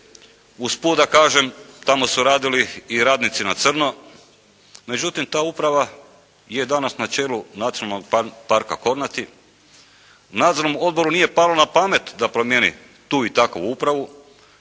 Usput da kažem, tamo su radili i radnici na crno. Međutim ta uprava je danas na čelu Nacionalnog parka "Kornati". Nadzornom odboru nije palo na pamet da promijeni tu i takovu upravu,